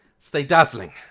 stay dazzling.